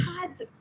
God's